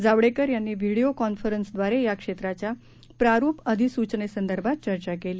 जावडेकर यांनी व्हिडीओ कॉन्फरन्सद्वारे या क्षेत्राच्या प्रारूप अधिसूचनेसंदर्भात चर्चा केली